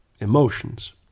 Emotions